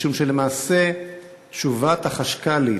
משום שלמעשה תשובת החשכ"לית,